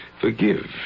forgive